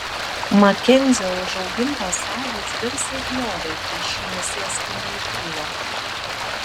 makenzio užaugintos avys garsiai bliovė kai šunys jas ginė į krūvą